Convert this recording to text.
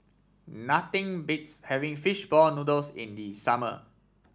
nothing beats having fish ball noodles in the summer